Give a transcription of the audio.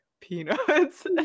peanuts